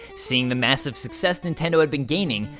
seeing the massive success nintendo had been gaining,